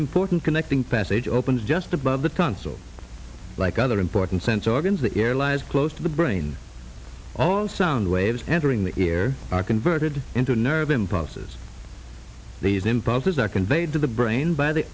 important connecting passage opens just above the console like other important sense organs the air lies close to the brain all sound waves entering the ear are converted into nerve impulses these impulses are conveyed to the brain by the